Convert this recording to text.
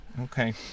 Okay